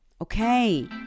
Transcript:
Okay